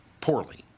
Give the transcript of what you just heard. poorly